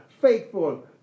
faithful